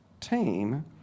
team